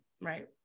right